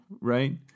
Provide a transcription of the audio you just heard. right